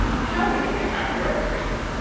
and how did you get out of your tree?